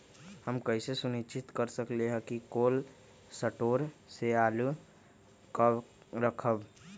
हम कैसे सुनिश्चित कर सकली ह कि कोल शटोर से आलू कब रखब?